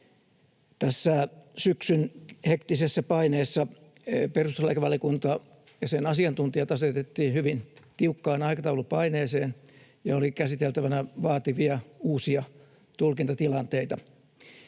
Tässä syksyn hektisessä paineessa perustuslakivaliokunta ja sen asiantuntijat asetettiin hyvin tiukkaan aikataulupaineeseen ja oli käsiteltävänä vaativia, uusia tulkintatilanteita.